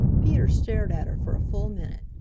peter stared at her for a full minute.